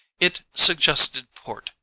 it suggested port,